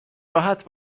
راحت